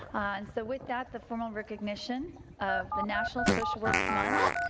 and so with that, the formal recognition of the national social work month.